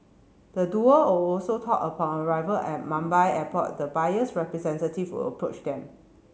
the duo all also told upon arrival at Mumbai Airport the buyer's representative would approach them